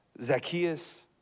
Zacchaeus